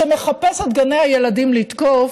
שמחפש את גני הילדים לתקוף,